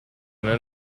nel